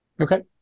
Okay